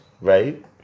Right